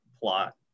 plot